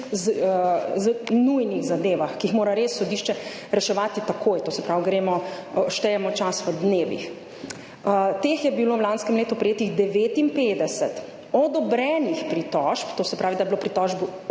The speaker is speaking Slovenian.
nujnih zadevah, ki jih res mora sodišče reševati takoj, to se pravi, štejemo čas v dnevih. Teh je bilo v lanskem letu prejetih 59, odobrenih pritožb, to se pravi, da je bilo pritožbi